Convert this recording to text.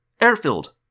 air-filled